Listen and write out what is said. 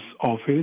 office